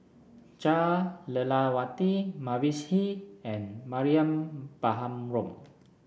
Jah Lelawati Mavis Hee and Mariam Baharom